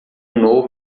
novo